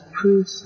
proof